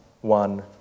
one